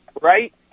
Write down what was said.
right